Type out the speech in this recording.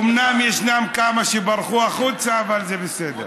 אומנם ישנם כמה שברחו החוצה, אבל זה בסדר.